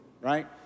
right